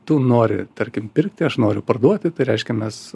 tu nori tarkim pirkti aš noriu parduoti tai reiškia mes